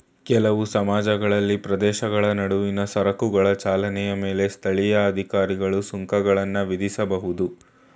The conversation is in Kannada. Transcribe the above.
ಕೆಲವು ಸಮಾಜಗಳಲ್ಲಿ ಪ್ರದೇಶಗಳ ನಡುವಿನ ಸರಕುಗಳ ಚಲನೆಯ ಮೇಲೆ ಸ್ಥಳೀಯ ಅಧಿಕಾರಿಗಳು ಸುಂಕಗಳನ್ನ ವಿಧಿಸಬಹುದು